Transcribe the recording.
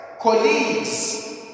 colleagues